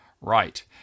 Right